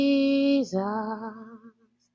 Jesus